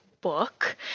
book